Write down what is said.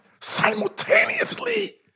simultaneously